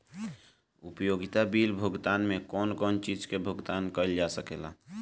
उपयोगिता बिल भुगतान में कौन कौन चीज के भुगतान कइल जा सके ला?